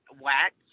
wax